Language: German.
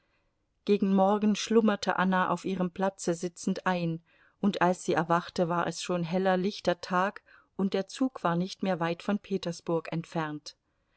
gegen morgen schlummerte anna auf ihrem platze sitzend ein und als sie erwachte war es schon heller lichter tag und der zug war nicht mehr weit von petersburg entfernt